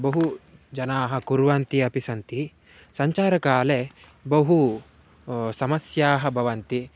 बहु जनाः कुर्वन्ति अपि सन्ति सञ्चारकाले बहु समस्याः भवन्ति